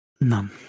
none